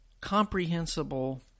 comprehensible